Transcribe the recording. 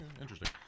interesting